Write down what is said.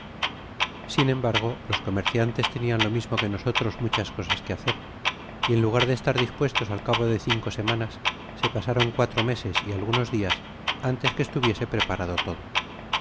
sin embargo los comerciantes tenian lo mismo que nosotros muchas cosas que hacer y en lugar de estar dispuestos al cabo de cinco semanas se pasaron cuatro meses y algunos dias antes que estuviese preparado todo